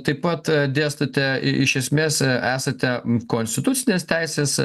taip pat dėstote iš esmės esate konstitucinės teisės